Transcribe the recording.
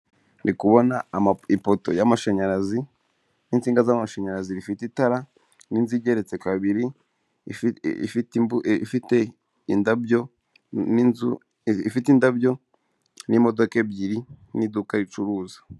Ndi kubona ipoto y'amashanyarazi n'insinga z'amashanyarazi rifite itara, n'inzu igeretse kabiri, ifite indabyo n'imodoka ebyiri, n'iduka ricuruza.